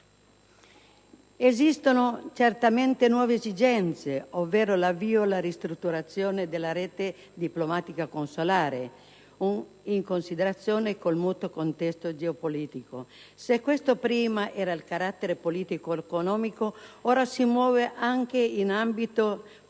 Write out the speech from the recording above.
Esistono certamente nuove esigenze, ovvero l'avvio alla ristrutturazione della rete diplomatico-consolare in considerazione del mutato contesto geopolitico. Se questa prima era di carattere politico-economico, ora si muove anche in ambito commerciale.